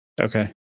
Okay